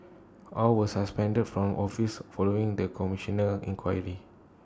all were suspended from office following the Commissioner's inquiry